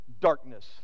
darkness